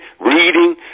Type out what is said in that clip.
reading